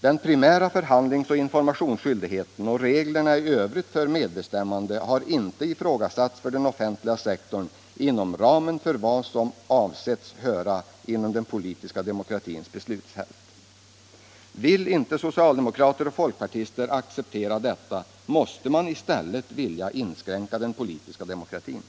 Den primära förhandlingsoch informationsskyldigheten och reglerna i övrigt för medbestämmande har inte ifrågasatts för den offentliga sektorn inom ramen för vad som avsetts höra till den politiska demokratins beslutsfält. Vill inte socialdemokrater och folkpartister acceptera detta måste man i stället vilja inskränka den politiska demokratin.